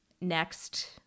next